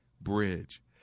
Bridge